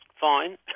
fine